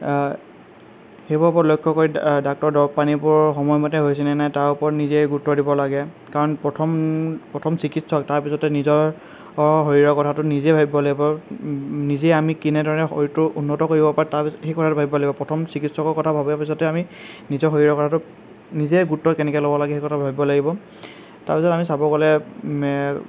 সেইবোৰৰ উপৰত লক্ষ্য কৰি ডা ডাক্তৰৰ দৰৱ পানীবোৰ সময়মতে হৈছেনে নাই তাৰ ওপৰত নিজে গুৰুত্ব দিব লাগে কাৰণ প্ৰথম প্ৰথম চিকিৎসক তাৰপিছতে নিজৰ শৰীৰৰ কথাটো নিজে ভাবিব লাগিব নিজে আমি কেনেদৰে শৰীৰটো উন্নত কৰিব পাৰোঁ তাৰ পাছত সেই কথাটো ভাবিব লাগিব প্ৰথম চিকিৎসকৰ কথা ভবাৰ পাছতহে আমি নিজৰ শৰীৰৰ কথাটো নিজে গুৰুত্ব কেনেকৈ ল'ব লাগে সেই কথা ভাবিব লাগিব তাৰপিছত আমি চাব গ'লে